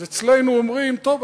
אז אצלנו אומרים: טוב,